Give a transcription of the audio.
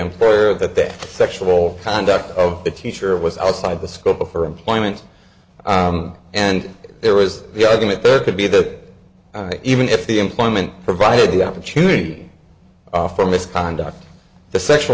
employer that that sexual conduct of the teacher was outside the scope of her employment and there was no argument there could be that even if the employment provided the opportunity for misconduct the sexual